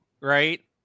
right